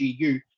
GU